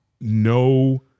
no